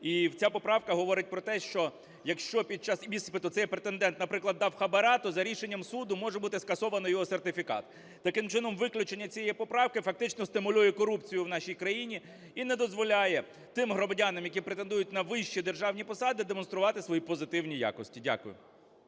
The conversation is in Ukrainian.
І ця поправка говорить про те, що, якщо під час іспиту цей претендент, наприклад, дав хабара, то за рішенням суду може бути скасований його сертифікат. Таким чином виключення цієї поправки фактично стимулює корупцію в нашій країні і не дозволяє тим громадян, які претендують на вищі державні посади, демонструвати свої позитивні якості. Дякую.